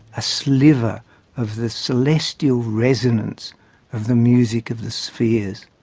a sliver of the celestial resonance of the music of the spheres.